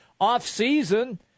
Off-season